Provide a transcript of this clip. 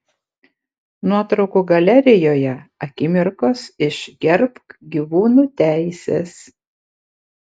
nuotraukų galerijoje akimirkos iš gerbk gyvūnų teises